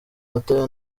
batawe